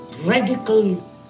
radical